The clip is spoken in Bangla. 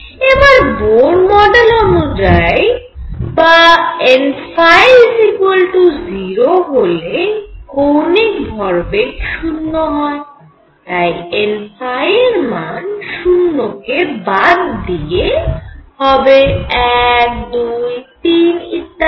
এবার বোর মডেল অনুযায়ী বা n0 হলে কৌণিক ভরবেগ শূন্য হয় তাই n এর মান 0 কে বাদ দিয়ে হবে 1 2 3 ইত্যাদি